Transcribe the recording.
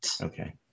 Okay